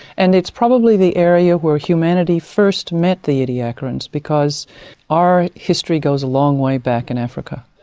and it's probably the area where humanity first met the ediacarans because our history goes a long way back in africa,